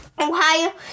Ohio